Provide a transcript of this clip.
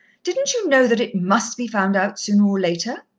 didn't you know that it must be found out sooner or later?